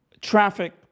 traffic